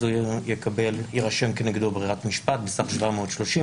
יש נתונים כמה דוחות נתתם על הסעיף הזה?